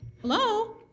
Hello